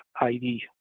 ID